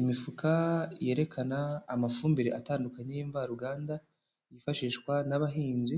Imifuka yerekana amafumbire atandukanye y'imvaruganda, yifashishwa n'abahinzi